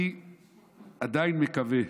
אני עדיין מקווה,